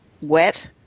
wet